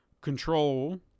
Control